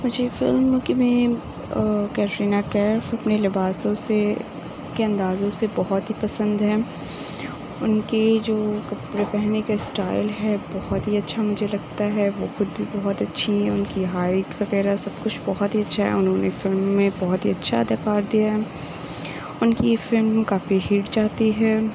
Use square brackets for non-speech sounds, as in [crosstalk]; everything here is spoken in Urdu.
مجھے فلم [unintelligible] کٹرینا کیف اپنے لباسوں سے کے اندازوں سے بہت ہی پسند ہے ان کے جو کپڑے پہننے کا اسٹائل ہے بہت ہی اچھا مجھے لگتا ہے وہ خود بھی بہت اچھی ہیں ان کی ہائٹ وغیرہ سب کچھ بہت ہی اچھا ہے انہوں نے فلم میں بہت ہی اچھا اداکار دیا ہے ان کی یہ فلم کافی ہٹ جاتی ہے